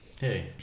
Hey